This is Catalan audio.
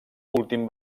últim